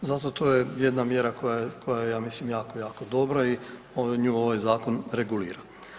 Zato to je jedna mjera koja je ja mislim jako, jako dobra i on nju ovaj zakon regulira.